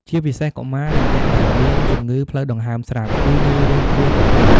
ជាពិសេសកុមារ និងអ្នកដែលមានជំងឺផ្លូវដង្ហើមស្រាប់ គឺងាយរងគ្រោះបំផុត។